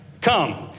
come